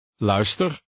Luister